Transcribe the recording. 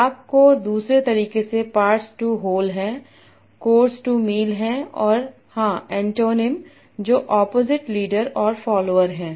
भाग को दूसरे तरीके से पार्ट्स टू होल हैकोर्स टू मील हैऔर हां एंटोनीम जो ऑपोजिट लीडर और फॉलोअर् है